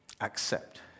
Accept